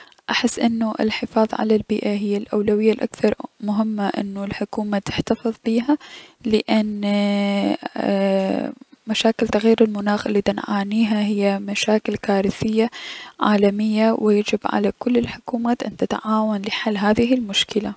احس انو الحفاظ على البيئة هي الأولوية الأكثر مهمة انو الحكومة تحتفظ بيها لأن ايي- مشاكل تغيير المناخ الي احنا دنعانيها هي مشاكل كارثية عالمية و يجب على كل الحكومات ان تتعاون لحل هذه المشكلة.